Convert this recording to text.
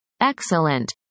Excellent